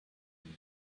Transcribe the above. him